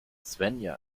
svenja